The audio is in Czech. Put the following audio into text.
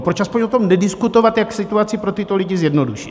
Proč aspoň o tom nediskutovat, jak situaci pro tyto lidi zjednodušit?